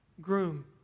Groom